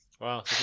Wow